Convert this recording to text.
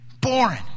Boring